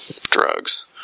drugs